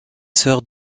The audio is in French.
sœur